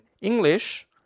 English